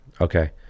Okay